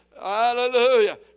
Hallelujah